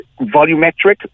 volumetric